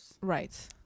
Right